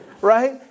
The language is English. right